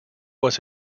was